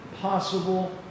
possible